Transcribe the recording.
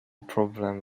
problem